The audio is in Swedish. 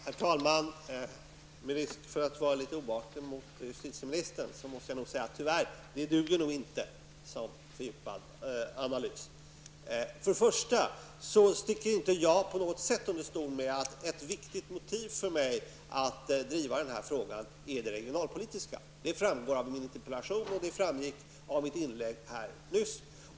Herr talman! Med risk för att vara litet oartig mot justitieministern måste jag nog säga att det tyvärr inte duger som fördjupad analys. Jag sticker inte på något sätt under stol med att den regionalpolitiska aspekten är ett viktigt motiv till att jag driver den här frågan. Detta framgår av min interpellation, och det framgick av mitt inlägg nyss.